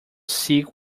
silk